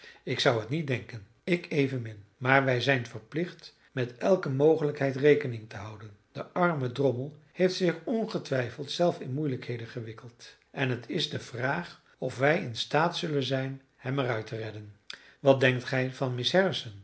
ik zou het niet denken ik evenmin maar wij zijn verplicht met elke mogelijkheid rekening te houden de arme drommel heeft zich ongetwijfeld zelf in moeilijkheden gewikkeld en t is de vraag of wij in staat zullen zijn hem er uit te redden wat denkt gij van miss